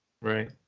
right